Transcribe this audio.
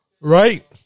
right